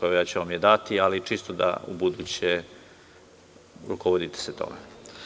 Ja ću vam je dati, ali čisto da se ubuduće rukovodite time.